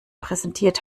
präsentiert